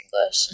English